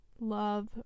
love